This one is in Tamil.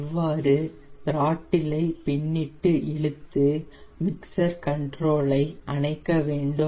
இவ்வாறு த்ராட்டில் ஐ பின்னிட்டு இழுத்து மிக்ஸ்சர் கண்ட்ரோல் ஐ அணைக்க வேண்டும்